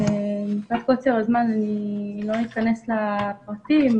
מפאת קוצר הזמן לא אכנס לפרטים,